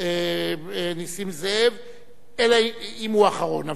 נסים זאב, אם הוא אחרון.